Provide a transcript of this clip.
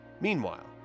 Meanwhile